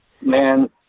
Man